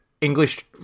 English